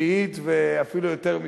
תשיעית ואפילו יותר מזה,